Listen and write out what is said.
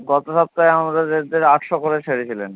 গত সপ্তায় আমাদের রেটদের আটশো করে ছেড়েছিলেন